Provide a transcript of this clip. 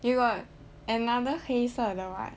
you got another 黑色 right